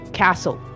castle